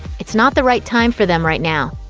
it's not the right time for them right now.